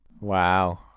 Wow